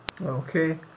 Okay